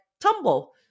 Tumble